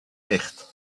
nicht